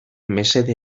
mesede